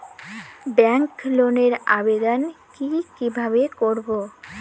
Bank লোনের আবেদন কি কিভাবে করব?